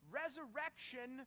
resurrection